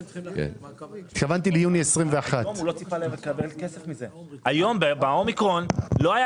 התכוונתי ליוני 2021. היום באומיקרון לא היה